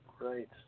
Right